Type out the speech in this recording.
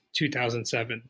2007